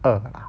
二 ah